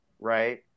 right